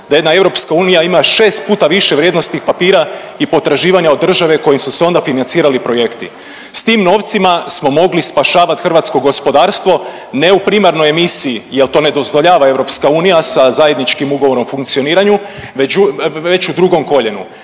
da jedna EU ima šest puta više vrijednosnih papira i potraživanja od države kojim su se onda financirali projekti. S tim novcima smo mogli spašavati hrvatsko gospodarstvo ne u primarnoj emisiji jel to ne dozvoljava EU sa zajedničkim ugovorom o funkcioniranju već u drugom koljenu.